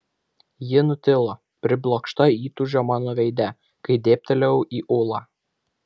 ji nutilo priblokšta įtūžio mano veide kai dėbtelėjau į ulą